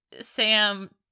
Sam